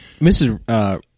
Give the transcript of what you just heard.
Mrs